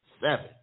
Seven